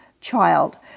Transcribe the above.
child